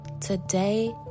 Today